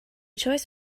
choice